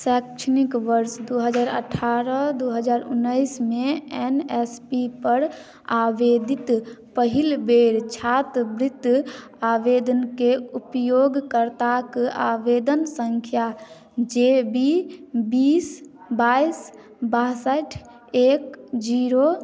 शैक्षणिक वर्ष दू हजार अठारह दू हजार उन्नैस मे एन एस पी पर आवेदित पहिल बेर छात्रवृति आवेदनकेँ उपयोगकर्ताक आवेदन संख्या जे बी बीस बाइस बासठि एक जीरो